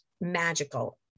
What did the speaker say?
magical